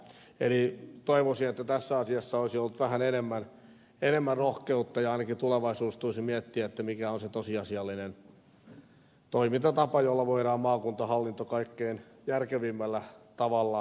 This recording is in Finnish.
eli toivoisin että tässä asiassa olisi ollut vähän enemmän rohkeutta ja ainakin tulevaisuudessa tulisi miettiä mikä on se tosiasiallinen toimintatapa jolla voidaan maakuntahallinto kaikkein järkevimmällä tavalla järjestää